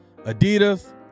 Adidas